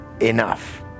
enough